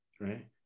right